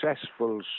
successful